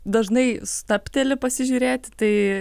dažnai stabteli pasižiūrėti tai